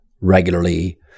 regularly